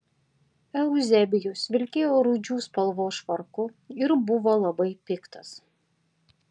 euzebijus vilkėjo rūdžių spalvos švarku ir buvo labai piktas